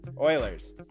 Oilers